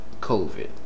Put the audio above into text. covid